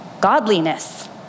godliness